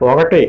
ఒకటి